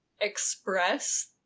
express